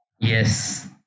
Yes